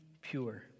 pure